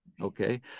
Okay